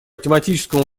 тематическому